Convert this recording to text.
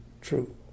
true